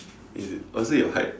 is it or is it your height